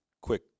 quick